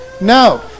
no